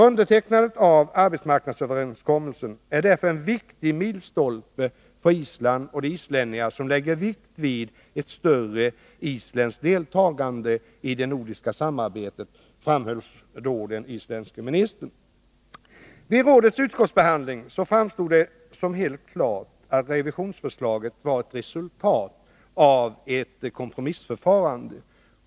Undertecknandet av arbetsmarknadsöverenskommelsen är därför en viktig milstolpe för Island och de islänningar som lägger vikt vid ett större isländskt deltagande i det nordiska samarbetet, framhöll den isländske ministern. Vid rådets utskottsbehandling framstod det som helt klart att revisionsförslaget var ett resultat av ett kompromissförfarande.